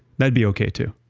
that'd be okay too